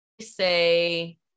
say